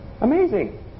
Amazing